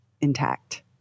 intact